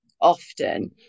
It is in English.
often